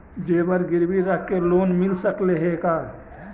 जेबर गिरबी रख के लोन मिल सकले हे का?